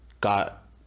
got